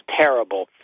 terrible